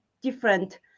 different